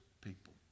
people